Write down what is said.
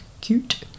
cute